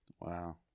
Wow